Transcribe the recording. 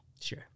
Sure